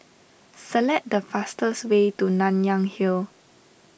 select the fastest way to Nanyang Hill